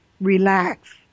relax